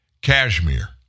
Cashmere